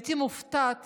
הייתי מופתעת